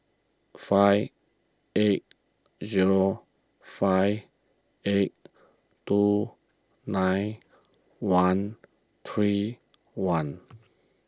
five eight zero five eight two nine one three one